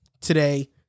today